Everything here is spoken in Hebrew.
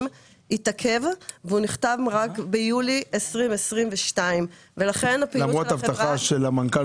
התעכב והוא נחתם רק ביולי 2022. למרות הבטחה של המנכ"ל